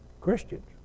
Christians